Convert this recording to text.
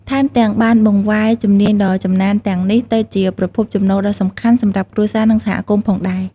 ថែមទាំង បានបង្វែរជំនាញដ៏ចំណានទាំងនេះទៅជាប្រភពចំណូលដ៏សំខាន់សម្រាប់គ្រួសារ និងសហគមន៍ផងដែរ។